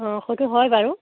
অ' সেইটো হয় বাৰু